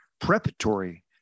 preparatory